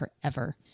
forever